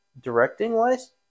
directing-wise